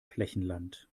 flächenland